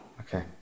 Okay